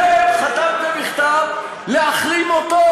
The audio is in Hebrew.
אתם חתמתם על מכתב להחרים אותו?